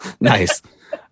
Nice